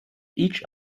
each